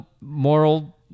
moral